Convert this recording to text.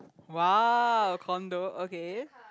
!wow! Condo okay